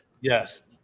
yes